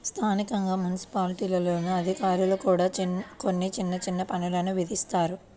స్థానికంగా మున్సిపాలిటీల్లోని అధికారులు కూడా కొన్ని చిన్న చిన్న పన్నులు విధిస్తారు